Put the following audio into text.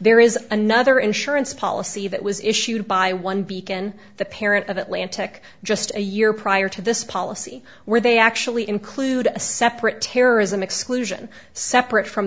there is another insurance policy that was issued by one beacon the parent of atlantic just a year prior to this policy where they actually include a separate terrorism exclusion separate from the